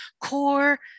core